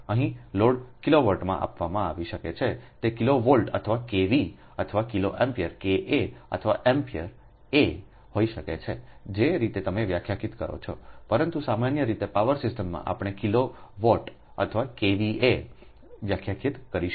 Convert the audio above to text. અહીં લોડ કિલોવોટમાં આપવામાં આવી શકે છે તે કિલોવોલ્ટ અથવા kV અથવા કિલોમપીર અથવા એમ્પીયર હોઈ શકે છે જે રીતે તમે વ્યાખ્યાયિત કરો છો પરંતુ સામાન્ય રીતે પાવર સિસ્ટમમાં આપણે કિલોવોટ અથવા કેવીએ વ્યાખ્યાયિત કરીશું